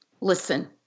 listen